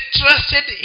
trusted